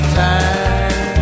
time